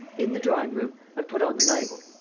in the drawing-room. i've put on the lights.